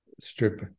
strip